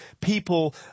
people